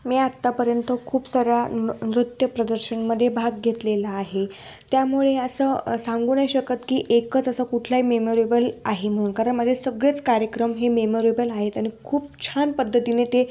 मी आत्तापर्यंत खूप साऱ्या नृ नृत्य प्रदर्शनमध्ये भाग घेतलेला आहे त्यामुळे असं सांगू नाही शकत की एकच असं कुठलाही मेमोरेबल आहे म्हणून कारण माझे सगळेच कार्यक्रम हे मेमोरेबल आहेत आणि खूप छान पद्धतीने ते